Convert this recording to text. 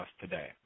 today